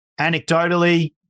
anecdotally